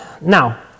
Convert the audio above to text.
now